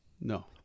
No